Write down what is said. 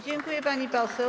Dziękuję, pani poseł.